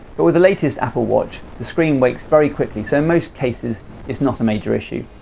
but with the latest apple watch, the screen wakes very quickly so in most cases it's not a major issue,